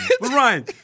Ryan